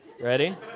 Ready